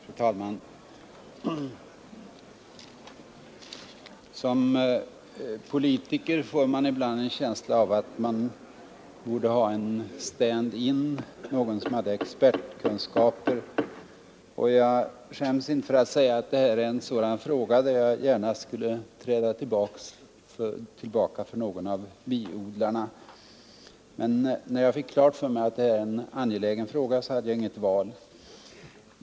Fru talman! Som politiker får man ibland en känsla av att man borde ha en stand in, någon som hade expertkunskaper. Jag skäms inte för att säga att det här är en sådan fråga där jag gärna skulle träda tillbaka för någon av biodlarna. Men när jag fick klart för mig att det här är en angelägen fråga hade jag inget val.